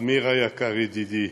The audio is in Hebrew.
עמיר היקר, ידידי.